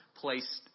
placed